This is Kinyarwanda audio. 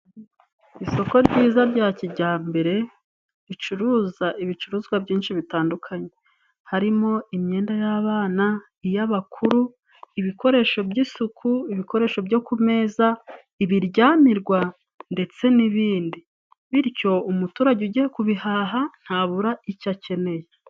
Isoko ryiza rya kijyambere ricuruza ibicuruzwa byinshi bitandukanye, harimo: imyenda y'abana iy'abakuru, ibikoresho by'isuku, ibikoresho byo ku meza, ibiryamirwa ndetse n'ibindi bityo umuturage ugiye kubihaha ntabura icyo akeneye.